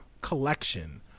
collection